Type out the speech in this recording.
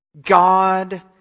God